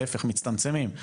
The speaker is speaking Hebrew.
להפך, מצטמצמים.